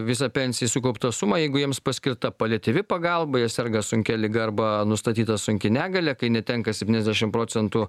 visą pensijai sukauptą sumą jeigu jiems paskirta paliatyvi pagalba jie serga sunkia liga arba nustatyta sunki negalia kai netenka septyniasdešim procentų